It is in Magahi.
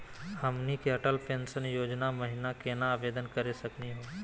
हमनी के अटल पेंसन योजना महिना केना आवेदन करे सकनी हो?